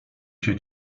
się